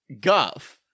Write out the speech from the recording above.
Guff